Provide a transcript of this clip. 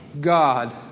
God